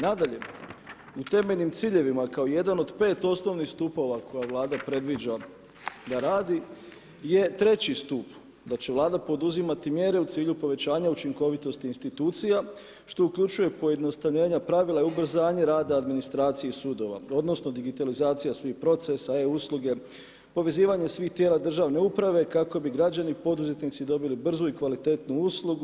Nadalje, u temeljnim ciljevima kao jedan od pet osnovnih stupova koje Vlada predviđa da radi je treći stup, da će Vlada poduzimati mjere u cilju povećanja učinkovitosti institucija što uključuje pojednostavljenja pravila i ubrzanje rada administracije i sudova, odnosno digitalizacija svih procesa, e-usluge, povezivanje svih tijela državne uprave kako bi građani poduzetnici dobili brzu i kvalitetnu uslugu.